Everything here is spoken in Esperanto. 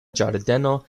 ĝardeno